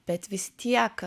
bet vis tiek